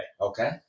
okay